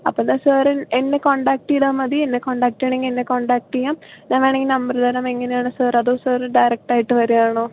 അപ്പോൾ എന്താ സാർ എന്നെ കോൺടാക്ട് ചെയ്താൽ മതി എന്നെ കോൺടാക്ട് ചെയ്യണമെങ്കിൽ എന്നെ കോൺടാക്ട് ചെയ്യാം ഞാൻ വേണമെങ്കിൽ നമ്പർ തരാം എങ്ങനെയാണ് സാർ അതോ സാറ് ഡയറക്ട് ആയിട്ട് വരികയാണോ